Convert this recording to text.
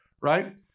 right